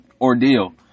ordeal